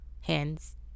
hands